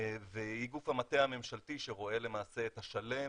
והיא גוף המטה הממשלתי שרואה למעשה את השלם